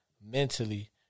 Mentally